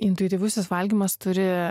intuityvusis valgymas turi